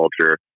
culture